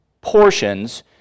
portions